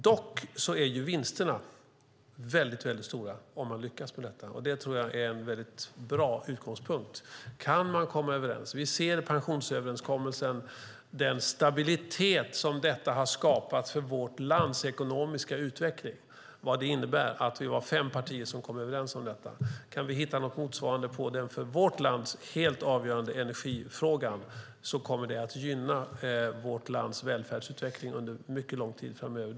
Dock är vinsterna väldigt stora om man lyckas komma överens, och det tror jag är en väldigt bra utgångspunkt. Vi ser den stabilitet som pensionsöverenskommelsen har skapat för vårt lands ekonomiska utveckling och vad det innebär att vi var fem partier bakom överenskommelsen. Kan vi hitta något motsvarande i den för vårt land helt avgörande energifrågan kommer det att gynna vårt lands välfärdsutveckling under mycket lång tid framöver.